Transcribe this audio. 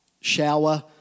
shower